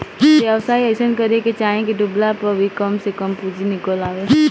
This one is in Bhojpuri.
व्यवसाय अइसन करे के चाही की डूबला पअ भी कम से कम पूंजी निकल आवे